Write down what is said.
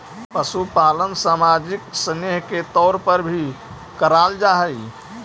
पशुपालन सामाजिक स्नेह के तौर पर भी कराल जा हई